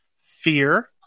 Fear